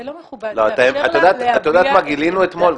את יודעת מה גילינו אתמול?